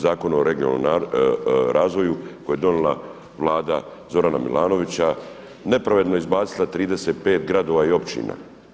Zakon o regionalnom razvoju koji je donijela Vlada Zorana Milanovića nepravedno izbacila 35 gradova i općina.